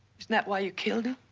isn't that why you killed